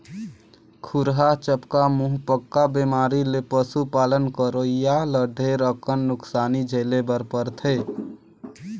खुरहा चपका, मुहंपका बेमारी ले पसु पालन करोइया ल ढेरे अकन नुकसानी झेले बर परथे